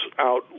out